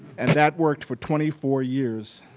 and that worked for twenty four years